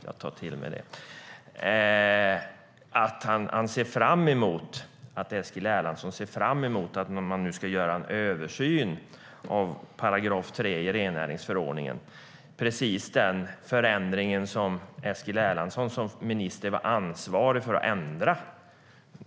Jag tar till mig det. Eskil Erlandsson säger att han ser fram emot att man nu ska göra en översyn av 3 § i rennäringsförordningen - precis den förändring som Eskil Erlandsson som minister var ansvarig för att ändra.